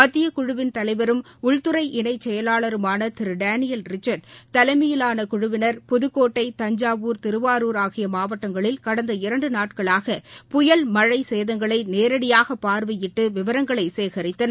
மத்தியக் குழுவின் தலைவரும் உள்துறை இணைச் செயலாளருமான திரு டேனியல் ரிச்சர்ட் தலைமையிலான குழுவினர் புதுக்கோட்டை தஞ்சாவூர் திருவாரூர் ஆகிய மவாட்டங்களில் கடந்த இரண்டு நாட்களாக புயல் மழை சேதங்களை நேரடியாக பார்வையிட்டு விவரங்களை சேகரித்தனர்